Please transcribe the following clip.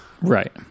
Right